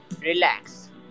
relax